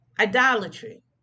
idolatry